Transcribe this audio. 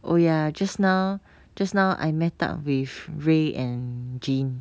oh ya just now just now I met up with ray and jean